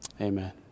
Amen